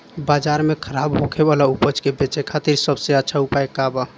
बाजार में खराब होखे वाला उपज के बेचे खातिर सबसे अच्छा उपाय का बा?